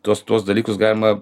tuos tuos dalykus galima